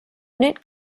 unit